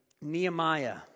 Nehemiah